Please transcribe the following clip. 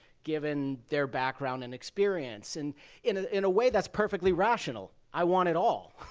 given their background and experience. and in ah in a way, that's perfectly rational. i want it all.